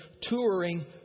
Touring